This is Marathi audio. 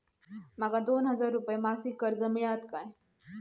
माका दोन हजार रुपये मासिक कर्ज मिळात काय?